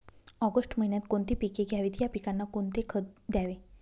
August महिन्यात कोणती पिके घ्यावीत? या पिकांना कोणते खत द्यावे?